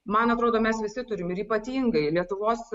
man atrodo mes visi turim ir ypatingai lietuvos